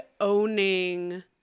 owning